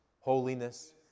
holiness